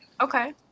okay